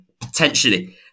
potentially